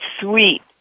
sweet